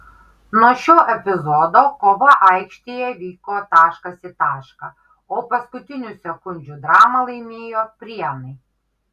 nuo šio epizodo kova aikštėje vyko taškas į tašką o paskutinių sekundžių dramą laimėjo prienai